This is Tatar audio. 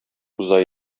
уза